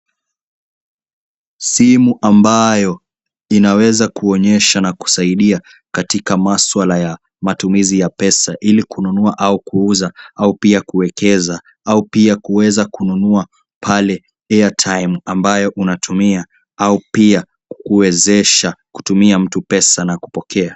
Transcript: Simu ambayo inaweza kuonyesha na kusaidia katika maswala ya matumizi ya pesa ili kununua au kuuza au pia kuekeza au pia kuweza kununua pale Airtime ambayo unatumia au pia kuwezesha kutumia mtu pesa na kupokea.